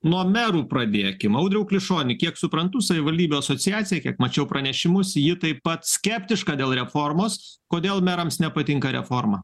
nuo merų pradėkim audriau klišoni kiek suprantu savivaldybių asociacija kiek mačiau pranešimus ji taip pat skeptiška dėl reformos kodėl merams nepatinka reforma